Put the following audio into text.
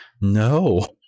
no